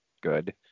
good